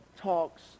talks